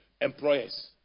employers